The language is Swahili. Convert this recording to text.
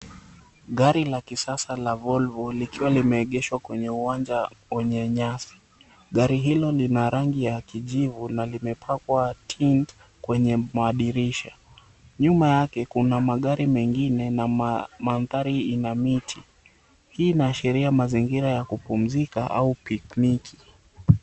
Gari la kisasa la Volvo likiwa limeegeshwa kwenye uwanja wenye nyasi. Gari hilo lina rangi ya kijivu na limepakwa tint kwenye madirisha. Nyuma yake kuna magari mengine na mandhari ina miti, hii inaashiria mazingira ya kupumzika au pikniki.